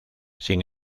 sin